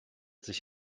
sich